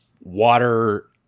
water